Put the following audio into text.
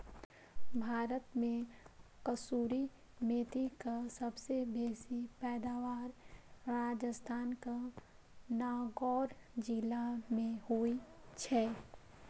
भारत मे कसूरी मेथीक सबसं बेसी पैदावार राजस्थानक नागौर जिला मे होइ छै